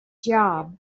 job